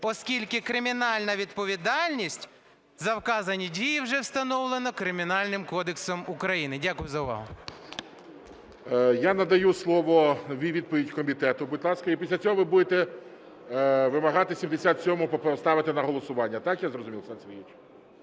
оскільки кримінальна відповідальність за вказані дії вже встановлена Кримінальним кодексом України. Дякую за увагу. ГОЛОВУЮЧИЙ. Я надаю слово, відповідь комітету, будь ласка. І після цього ви будете вимагати 77-у поставити на голосування, так я зрозумів, Олександре